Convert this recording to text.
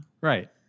right